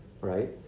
right